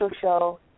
Show